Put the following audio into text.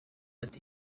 ati